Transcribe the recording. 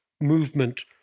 movement